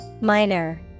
Minor